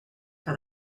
for